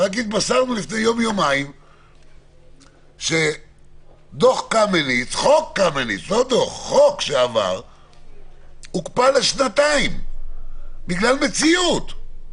התבשרנו לפני יום-יומיים שחוק קמיניץ שעבר הוקפא לשנתיים בגלל מציאות.